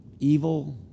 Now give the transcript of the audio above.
evil